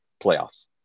playoffs